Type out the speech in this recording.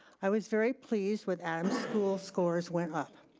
i was very pleased with adam's school scores went up.